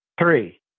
three